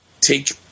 take